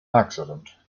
accident